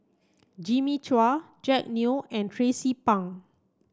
Jimmy Chua Jack Neo and Tracie Pang